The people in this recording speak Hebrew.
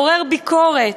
לעורר ביקורת.